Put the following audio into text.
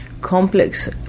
complex